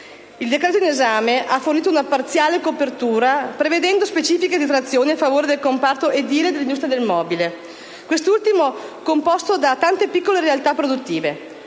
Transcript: Il decreto in esame ha fornito una parziale apertura, prevedendo specifiche detrazioni a favore del comparto edile e dell'industria del mobile, quest'ultimo composto da tante piccole realtà produttive;